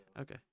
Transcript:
okay